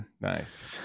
Nice